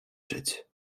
czyć